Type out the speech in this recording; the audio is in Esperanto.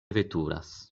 veturas